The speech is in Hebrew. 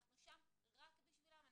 אנחנו שם רק בשבילם.